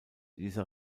dieser